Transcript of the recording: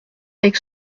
avec